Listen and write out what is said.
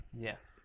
Yes